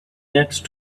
next